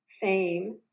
fame